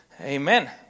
Amen